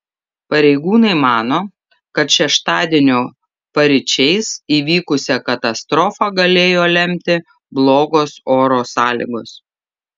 pareigūnai mano kad šeštadienio paryčiais įvykusią katastrofą galėjo lemti blogos oro sąlygos